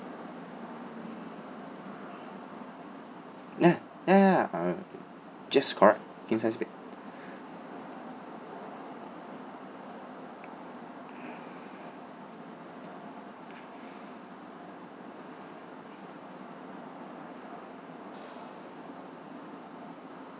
ya ya ya ya err just correct king size bed